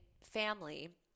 family